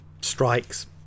strikes